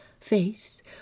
face